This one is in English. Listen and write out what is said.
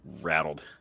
Rattled